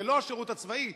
לא השירות הצבאי,